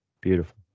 Beautiful